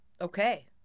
Okay